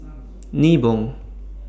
Nibong